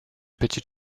petite